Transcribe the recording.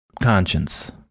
conscience